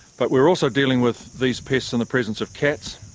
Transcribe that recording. but we're also dealing with these pests in the presence of cats,